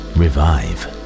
revive